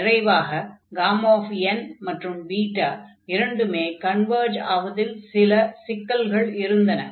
நிறைவாக n மற்றும் beta இரண்டுமே கன்வர்ஜ் ஆவதில் சில சிக்கல்கள் இருந்தன